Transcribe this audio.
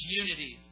unity